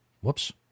Whoops